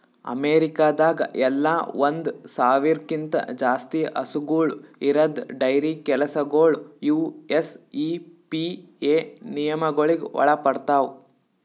ಅಮೇರಿಕಾದಾಗ್ ಎಲ್ಲ ಒಂದ್ ಸಾವಿರ್ಕ್ಕಿಂತ ಜಾಸ್ತಿ ಹಸುಗೂಳ್ ಇರದ್ ಡೈರಿ ಕೆಲಸಗೊಳ್ ಯು.ಎಸ್.ಇ.ಪಿ.ಎ ನಿಯಮಗೊಳಿಗ್ ಒಳಪಡ್ತಾವ್